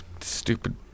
Stupid